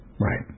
Right